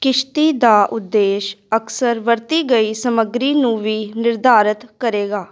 ਕਿਸ਼ਤੀ ਦਾ ਉਦੇਸ਼ ਅਕਸਰ ਵਰਤੀ ਗਈ ਸਮੱਗਰੀ ਨੂੰ ਵੀ ਨਿਰਧਾਰਤ ਕਰੇਗਾ